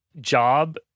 job